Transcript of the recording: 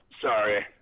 Sorry